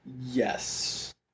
Yes